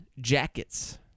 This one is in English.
Jackets